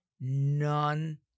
None